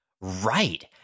Right